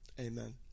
Amen